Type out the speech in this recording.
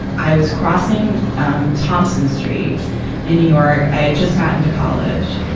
i was crossing, um, thompson street in new york. i'd just gotten to college.